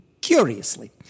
curiously